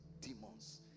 demons